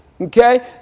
Okay